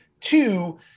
Two